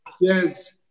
Yes